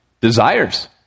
desires